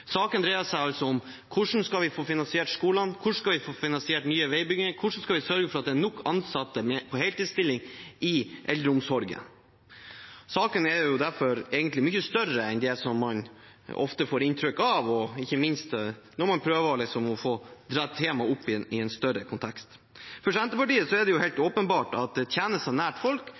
Saken dreier seg altså om hvordan vi skal få finansiert skolene, hvordan vi skal få finansiert ny veibygging, og hvordan vi skal sørge for at det er nok ansatte i heltidsstillinger i eldreomsorgen. Saken er derfor egentlig mye større enn man ofte får inntrykk av, ikke minst når man prøver å få dratt temaet opp i en større kontekst. For Senterpartiet er det helt åpenbart at tjenester nær folk